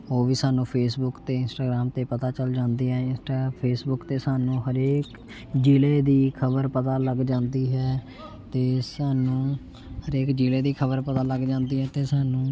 ਉਹ ਵੀ ਸਾਨੂੰ ਫੇਸਬੁੱਕ ਅਤੇ ਇੰਨਸਟਾਗ੍ਰਾਮ 'ਤੇ ਪਤਾ ਚੱਲ ਜਾਂਦੀਆਂ ਇੰਨਸਟਾ ਫੇਸਬੁੱਕ 'ਤੇ ਸਾਨੂੰ ਹਰੇਕ ਜ਼ਿਲ੍ਹੇ ਦੀ ਖ਼ਬਰ ਪਤਾ ਲੱਗ ਜਾਂਦੀ ਹੈ ਅਤੇ ਸਾਨੂੰ ਹਰੇਕ ਜ਼ਿਲ੍ਹੇ ਦੀ ਖ਼ਬਰ ਪਤਾ ਲੱਗ ਜਾਂਦੀ ਹੈ ਅਤੇ ਸਾਨੂੰ